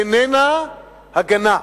איננה הגנה.